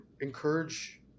encourage